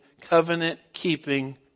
covenant-keeping